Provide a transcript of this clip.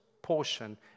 portion